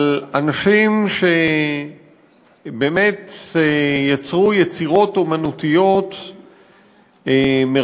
על אנשים שבאמת יצרו יצירות אמנותיות מרגשות,